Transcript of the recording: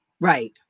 Right